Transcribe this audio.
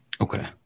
okay